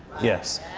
yes.